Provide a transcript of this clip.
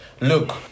look